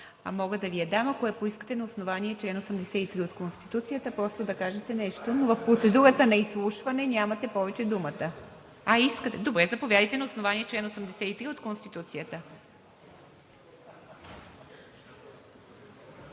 но мога да Ви я дам, ако я поискате, на основание чл. 83 от Конституцията – просто да кажете нещо, но в процедурата на изслушване нямате повече думата. А, искате? Добре, заповядайте, на основание чл. 83 от Конституцията.